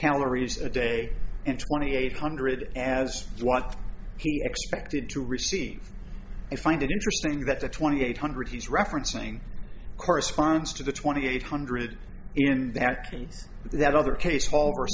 calories a day and twenty eight hundred as what he expected to receive i find it interesting that the twenty eight hundred he's referencing corresponds to the twenty eight hundred in that case tha